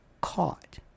caught